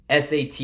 SAT